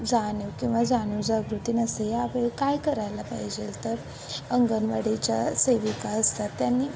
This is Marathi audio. जाणीव किंवा जाणीवजागृती नसते यावेळी काय करायला पाहिजेल तर अंगणवाडीच्या सेविका असतात त्यांनी